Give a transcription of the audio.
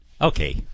okay